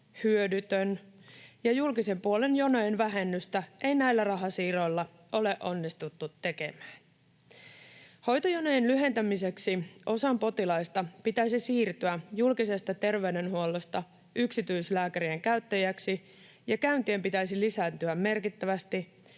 hyödytön, ja julkisen puolen jonojen vähennystä ei näillä rahasiirroilla ole onnistuttu tekemään. Hoitojonojen lyhentämiseksi osan potilaista pitäisi siirtyä julkisesta terveydenhuollosta yksityislääkärien käyttäjiksi ja käyntien pitäisi lisääntyä merkittävästi.